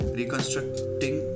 reconstructing